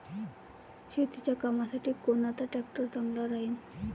शेतीच्या कामासाठी कोनचा ट्रॅक्टर चांगला राहीन?